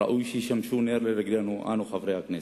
ראוי שישמשו נר לרגלינו, אנו חברי הכנסת.